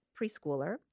preschooler